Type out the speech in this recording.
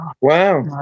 Wow